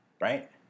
right